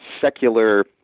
secular